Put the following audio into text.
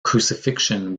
crucifixion